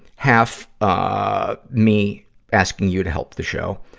half, ah, me asking you to help the show.